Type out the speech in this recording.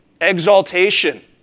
Exaltation